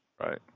Right